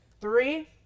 Three